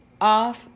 off